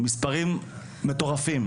מספרים מטורפים,